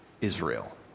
Israel